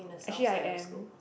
actually I am